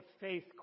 faith